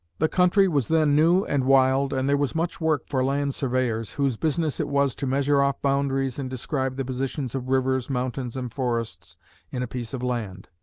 the country was then new and wild and there was much work for land surveyors, whose business it was to measure off boundaries and describe the positions of rivers, mountains and forests in a piece of land.